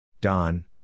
Don